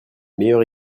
meilleure